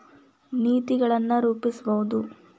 ನೇತಿಗಳನ್ ರೂಪಸ್ಬಹುದು